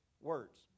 words